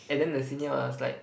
and then the senior was like